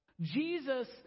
Jesus